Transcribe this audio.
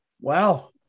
Wow